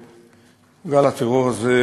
וגל הטרור הזה,